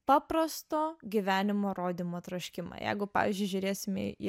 paprasto gyvenimo rodymo troškimą jeigu pavyzdžiui žiūrėsime į